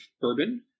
bourbon